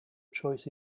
choice